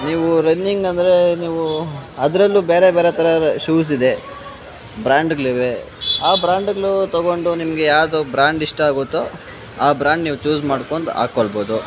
ನೀವು ರನ್ನಿಂಗ್ ಅಂದರೆ ನೀವು ಅದರಲ್ಲೂ ಬೇರೆ ಬೇರೆ ಥರದ ಶೂಸ್ ಇದೆ ಬ್ರ್ಯಾಂಡ್ಗಳಿವೆ ಆ ಬ್ರ್ಯಾಂಡ್ಗಳು ತಗೊಂಡು ನಿಮಗೆ ಯಾವುದು ಬ್ರ್ಯಾಂಡ್ ಇಷ್ಟ ಆಗುತ್ತೊ ಆ ಬ್ರ್ಯಾಂಡ್ ನೀವು ಚೂಸ್ ಮಾಡ್ಕೊಂಡ್ ಹಾಕ್ಕೊಳ್ಬೋದು